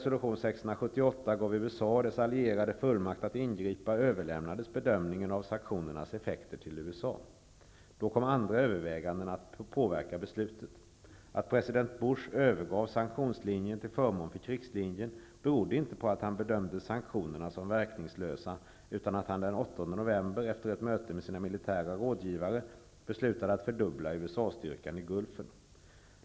och dess allierade fullmakt att ingripa överlämnades bedömningen av sanktionernas effekter till USA. Då kom andra överväganden att påverka beslutet. Att president Bush övergav sanktionslinjen till förmån för krigslinjen berodde inte på att han bedömde sanktionerna som verkningslösa utan på att han den 8 november, efter ett möte med sina militära rådgivare, beslutade fördubbla USA-styrkan i Gulfen.